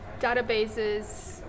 databases